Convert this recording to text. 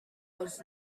was